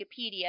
Wikipedia